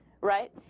right